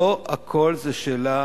לא הכול זה שאלה